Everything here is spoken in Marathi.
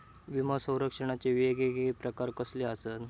विमा सौरक्षणाचे येगयेगळे प्रकार कसले आसत?